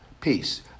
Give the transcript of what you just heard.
Peace